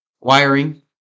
wiring